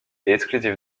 exclusif